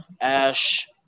Ash